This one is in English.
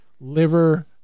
liver